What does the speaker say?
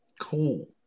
cool